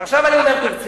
עכשיו אני אומר ברצינות.